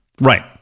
Right